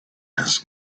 his